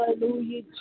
Hallelujah